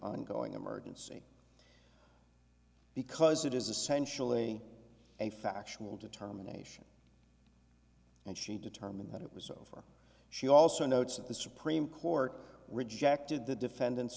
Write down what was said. ongoing emergency because it is essentially a factual determination and she determined that it was over she also notes that the supreme court rejected the defendant's